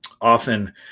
Often